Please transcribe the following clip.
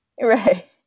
right